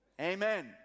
Amen